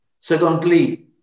Secondly